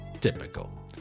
Typical